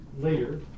later